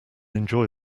enjoy